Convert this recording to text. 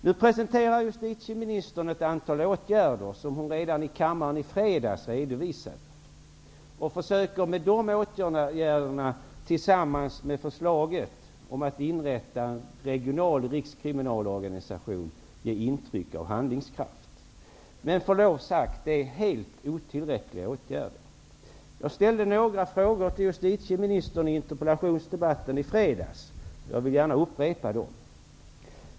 Nu redovisar justitieministern ett antal åtgärder, som presenterades i kammaren redan i fredags, och hon försöker med dessa åtgärder tillsammans med förslaget om att inrätta en regional rikskriminalorganisation ge intryck av handlingskraft, men dessa åtgärder är med förlov sagt helt otillräckliga. Jag ställde några frågor till justitieministern i interpellationsdebatten i fredags. Jag vill gärna upprepa dem.